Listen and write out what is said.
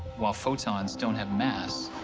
while photons don't have mass,